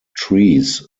trees